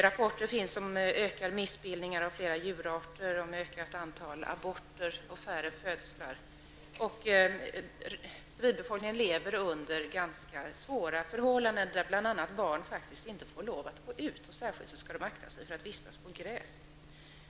Rapporter finns om ökade missbildningar hos flera djurarter, ett ökat antal aborter och färre födslar. Civilbefolkningen lever under ganska svåra förhållanden. Bl.a. får barn faktiskt inte lov att gå ut. Särskilt skall de akta sig för att vistas på gräs.